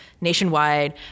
nationwide